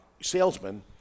salesman